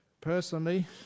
Personally